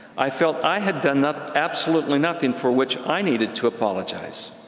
i felt i had done ah absolutely nothing for which i needed to apologize.